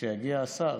כשיגיע השר.